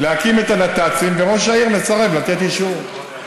להקים את הנת"צים, וראש העיר מסרב לתת אישור.